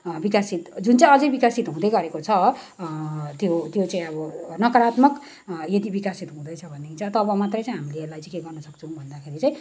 विकासित जुन चाहिँ अझै विकसित हुँदैगरेको छ त्यो त्यो चाहिँ अब नकारात्मक यदि विकसित हुँदैछ भनेदेखिन चाहिँ तब मात्रै चाहिँ हामी चाहिँ यसलाई चाहिँ के गर्नसक्छौँ भन्दाखेरि चाहिँ